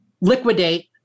liquidate